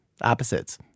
opposites